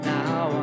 now